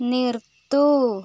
നിർത്തൂ